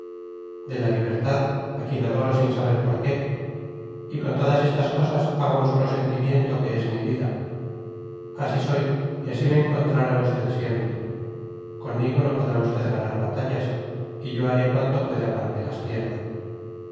de la libertad a quien adoro sin saber por qué y con todas estas cosas hago un solo sentimiento que es mi vida así soy y así me encontrará usted siempre conmigo no podrá usted ganar batallas y yo haré cuanto pueda para que las pierda